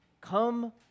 Come